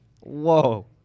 Whoa